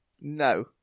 no